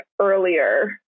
earlier